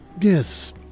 yes